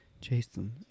Jason